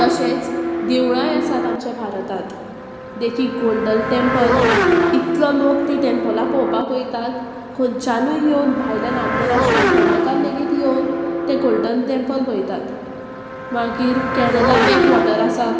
तशेंच देवळांय आसात आमच्या भारतांत देखीक गोल्डन टेंपल इतलो लोक तीं टेंपलां पळोवपाक वयतात खंयच्यानूय येवन भायल्यान आंतरराष्ट्रीय भोंवडेकार लेगीत येवन तें गोल्डन टेंपल पळयतात मागीर केरला बॅकवॉटर आसा